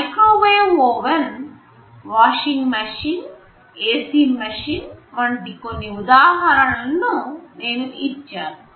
microwave oven washing machine AC machine వంటి కొన్ని ఉదాహరణలు నేను ఇచ్చాను